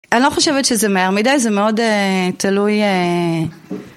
אני לא חושבת שזה מהר מדי, זה מאוד תלוי...